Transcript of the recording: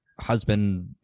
husband